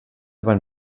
van